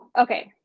okay